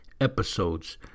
episodes